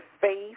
faith